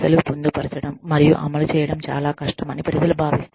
పొందుపరచడం మరియు అమలు చేయడం చాలా కష్టం అని ప్రజలు భావిస్తున్నారు